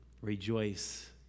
Rejoice